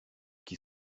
qui